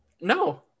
No